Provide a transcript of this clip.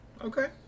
Okay